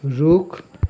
रुख